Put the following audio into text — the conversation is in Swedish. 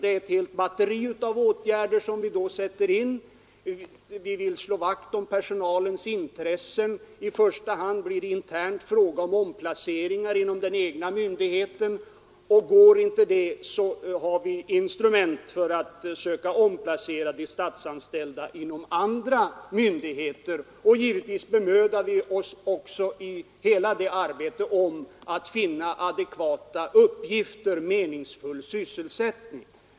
Det är ett helt batteri av åtgärder som vi då sätter in. De syftar till att slå vakt om personalens intressen. I första hand blir det fråga om intern omplacering, inom den egna myndigheten, och går inte det har vi instrument för att söka placera de statsanställda inom andra myndigheter. Givetvis bemödar vi oss också i hela detta arbete om att finna adekvata uppgifter och meningsfull sysselsättning.